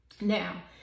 Now